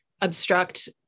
obstruct